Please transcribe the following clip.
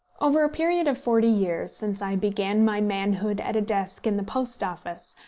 over a period of forty years, since i began my manhood at a desk in the post office,